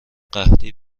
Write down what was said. قحطی